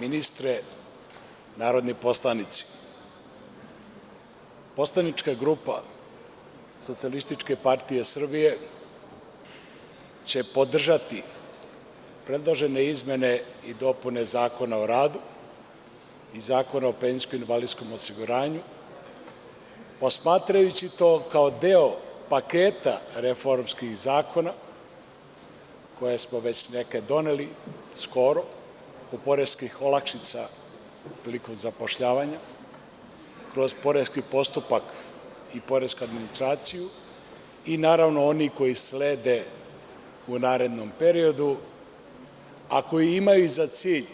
ministre, narodni poslanici, poslanička grupa SPS će podržati predložene izmene i dopune Zakona o radu i Zakona o PIO, posmatrajući to kao deo paketa reformskih zakona koje smo već neke doneli, kod poreskih olakšica prilikom zapošljavanja, kroz poreski postupak i poresku administraciju i naravno, oni koji slede u narednom periodu, a koji imaju za cilj